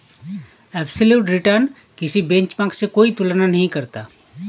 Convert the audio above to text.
absolute return किसी benchmark से कोई तुलना नहीं करता